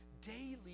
daily